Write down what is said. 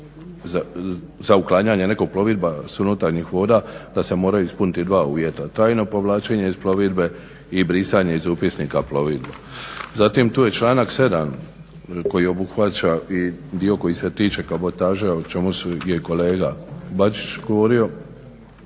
za uklanjanje nekog plovila s unutarnjih voda da se moraju ispuniti dva uvjeta: tajno povlačenje iz plovidbe i brisanje iz upisnika plovila. Zatim tu je članak 7. koji obuhvaća i dio koji se tiče kabotaže o čemu je i kolega Bačić govorio.